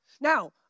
Now